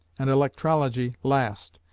and electrology last,